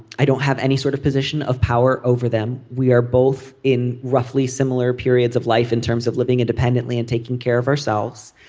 i don't have any sort of position of power over them. we are both in roughly similar periods of life in terms of living independently and taking care of ourselves.